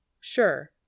Sure